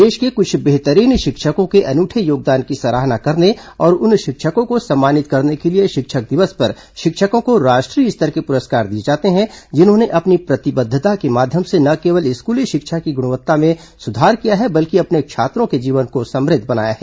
देश के कुछ बेहतरीन शिक्षकों के अनूठे योगदान की सराहना करने और उन शिक्षकों को सम्मानित करने के लिए शिक्षक दिवस पर शिक्षकों को राष्ट्रीय स्तर के पुरस्कार दिए जाते हैं जिन्होंने अपनी प्रतिबद्धता के माध्यम से न केवल स्कूली शिक्षा की गुणवत्ता में सुधार किया है बल्कि अपने छात्रों के जीवन को समृद्ध बनाया है